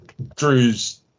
Drew's